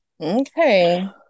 Okay